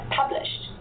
published